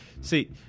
see